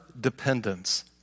dependence